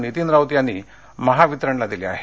नितीन राऊत यांनी महावितरणला दिले आहेत